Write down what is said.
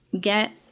get